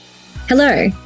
Hello